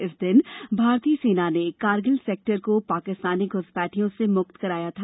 इस दिन भारतीय सेना ने करगिल सेक्टर को पाकिस्तानी घ्रसपैठियों से मुक्त कराया था